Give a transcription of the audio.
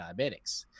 diabetics